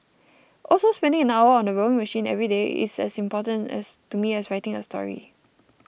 also spending an hour on the rowing machine every day is as important as to me as writing a story